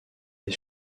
est